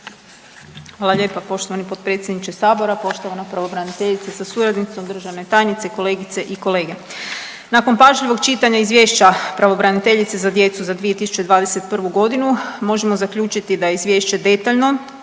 Hvala lijepa poštovani potpredsjedniče sabora. Poštovana pravobraniteljice sa suradnicom, državne tajnice, kolegice i kolege, nakon pažljivog čitanja Izvješća pravobraniteljice za djecu za 2021. godinu možemo zaključiti da je izvješće detaljno,